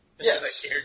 Yes